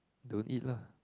don't eat lah